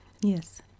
Yes